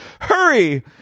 Hurry